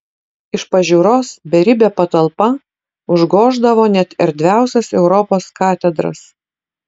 iš pažiūros beribė patalpa užgoždavo net erdviausias europos katedras